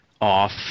off